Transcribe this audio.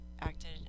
acted